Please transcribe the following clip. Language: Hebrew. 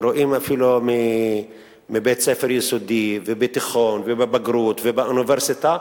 רואים שאפילו בבית-ספר יסודי ובתיכון ובבגרות ובאוניברסיטה,